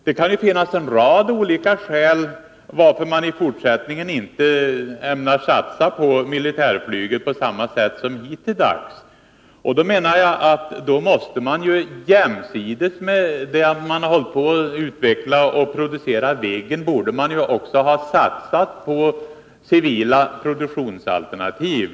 Det kan finnas en rad olika skäl för att i fortsättningen inte satsa på militärflyget på samma sätt som hittills. Jämsides med att man har utvecklat och producerat Viggen borde man ha satsat på civila produktionsalternativ.